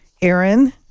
Aaron